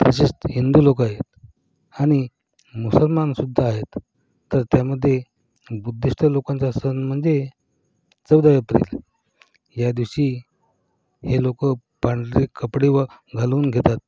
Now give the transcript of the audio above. तसेच हिंदू लोक आहेत आणि मुसलमानसुद्धा आहेत तर त्यामध्ये बुद्धिस्ट लोकांचा सण म्हणजे चौदा एप्रिल ह्या दिवशी हे लोक पांढरे कपडे व घालून घेतात